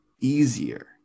easier